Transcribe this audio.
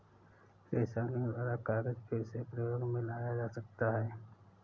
recycling द्वारा कागज फिर से प्रयोग मे लाया जा सकता है